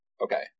Okay